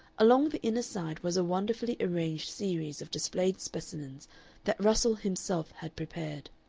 along the inner side was a wonderfully arranged series of displayed specimens that russell himself had prepared.